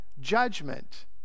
judgment